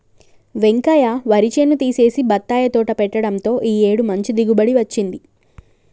వెంకయ్య వరి చేను తీసేసి బత్తాయి తోట పెట్టడంతో ఈ ఏడు మంచి దిగుబడి వచ్చింది